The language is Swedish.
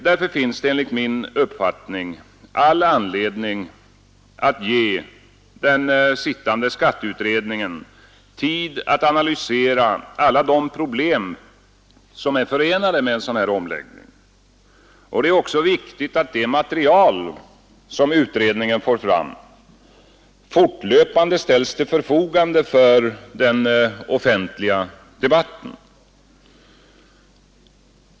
Därför finns det enligt min uppfattning all anledning att ge den sittande skatteutredningen tid att analysera alla de problem som är förenade med en sådan här omläggning. Det är också viktigt att det material som utredningen får fram fortlöpande ställs till förfogande för den offentliga debatten.